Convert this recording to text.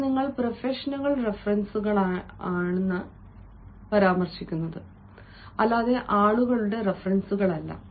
അത് നിങ്ങൾ പ്രൊഫഷണൽ റഫറൻസുകളെയാണ് പരാമർശിക്കുന്നത് അല്ലാതെ ആളുകളുടെ റഫറൻസുകളല്ല